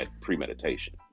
premeditation